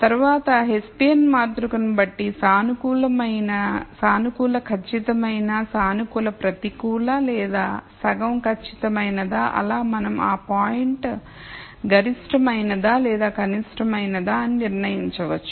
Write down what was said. తరువాత హెస్సియన్ మాతృకను బట్టి సానుకూల ఖచ్చితమైన సానుకూల ప్రతికూల లేదా సగం ఖచ్చితమైనదా అలా మనం ఆ పాయింట్ గరిష్టం అయినదా లేదా కనిష్టం అయినదా అని నిర్ణయించవచ్చు